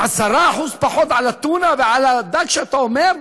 10% פחות על הטונה ועל הדג שאתה אומר?